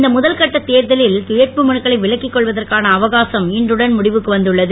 இந்த முதல் கட்டத் தேர்தலில் வேட்பு மனுக்களை விலக்கிக் கொள்வதற்கான அவகாசம் இன்றுடன் முடிவிற்கு வந்துள்ளது